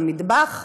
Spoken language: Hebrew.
למטבח,